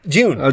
June